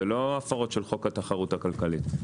לא של חוק התחרות הכלכלית.